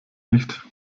nicht